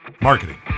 marketing